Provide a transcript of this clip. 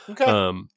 Okay